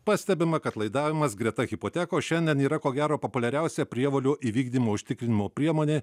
pastebima kad laidavimas greta hipotekos šiandien yra ko gero populiariausia prievolių įvykdymo užtikrinimo priemonė